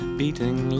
beating